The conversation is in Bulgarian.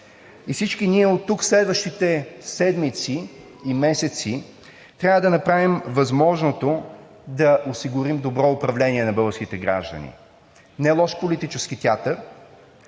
и всички ние тук през следващите седмици и месеци трябва да направим възможното да осигурим добро управление на българските граждани – не лош политически театър,